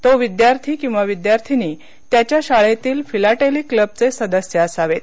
तो विद्यार्थी किंवा विद्यार्थीनी त्याच्या शाळेतील फिलाटेली क्लबचे सदस्य असावेत